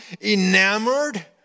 enamored